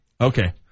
Okay